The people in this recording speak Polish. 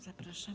Zapraszam.